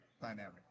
dynamic